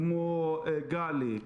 כמו גלי,